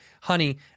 Honey